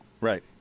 Right